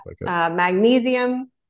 magnesium